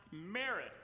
merit